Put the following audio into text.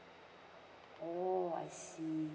oh I see